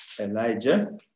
Elijah